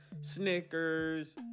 Snickers